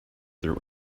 their